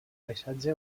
paisatge